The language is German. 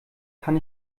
kann